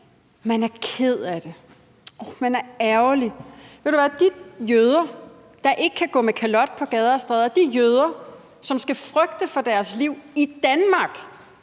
Man er ked af det. Man er ærgerlig. Ved du hvad: De jøder, der ikke kan gå med kalot på gader og stræder, de jøder, som skal frygte for deres liv i Danmark,